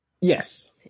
Yes